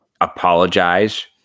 apologize